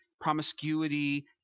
promiscuity